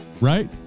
right